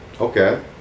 okay